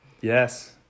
Yes